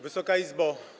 Wysoka Izbo!